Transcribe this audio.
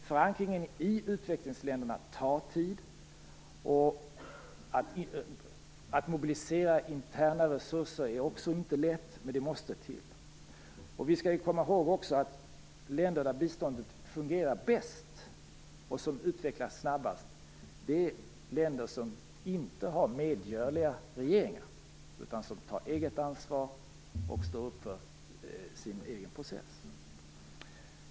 Förankringen i utvecklingsländerna tar tid. Att mobilisera interna resurser är inte heller lätt, men det måste till. Vi skall också komma ihåg att de länder där biståndet fungerar bäst och som utvecklas snabbast är länder som inte har medgörliga regeringar, utan som tar eget ansvar och står upp för sin egen process.